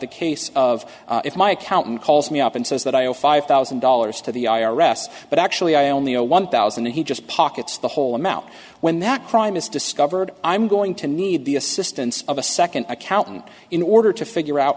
the case of if my accountant calls me up and says that i owe five thousand dollars to the i r s but actually i only know one thousand and he just pockets the whole amount when that crime is discovered i'm going to need the assistance of a second accountant in order to figure out